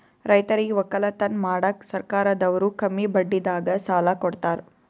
ರೈತರಿಗ್ ವಕ್ಕಲತನ್ ಮಾಡಕ್ಕ್ ಸರ್ಕಾರದವ್ರು ಕಮ್ಮಿ ಬಡ್ಡಿದಾಗ ಸಾಲಾ ಕೊಡ್ತಾರ್